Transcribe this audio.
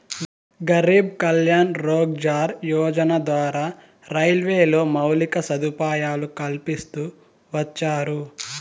గరీబ్ కళ్యాణ్ రోజ్గార్ యోజన ద్వారా రైల్వేలో మౌలిక సదుపాయాలు కల్పిస్తూ వచ్చారు